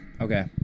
Okay